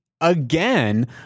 again